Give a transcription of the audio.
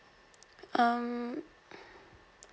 um